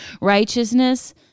righteousness